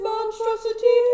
monstrosity